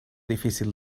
difícil